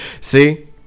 See